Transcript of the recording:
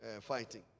fighting